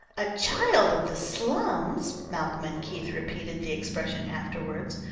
a child of the slums! malcolm and keith repeated the expression afterward,